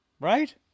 right